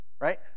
right